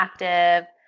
active